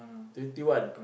twenty one